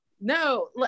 No